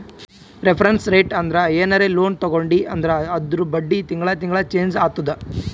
reference rate ಅಂದುರ್ ಏನರೇ loan ತಗೊಂಡಿ ಅಂದುರ್ ಅದೂರ್ ಬಡ್ಡಿ ತಿಂಗಳಾ ತಿಂಗಳಾ ಚೆಂಜ್ ಆತ್ತುದ